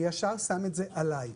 אני ישר תולה את זה עליי.